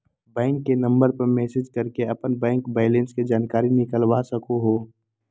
bank के number पर message करके अपन बैंक बैलेंस के जानकारी निकलवा सको हो